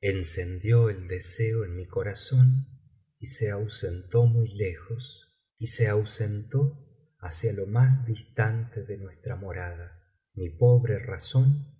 encendió el deseo en mi corazón y se ausentó muy lejos y se ausentó hacia lo más distante de nuestra morada mi pobre razón